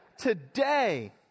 Today